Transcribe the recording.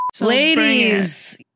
ladies